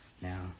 Now